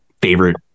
favorite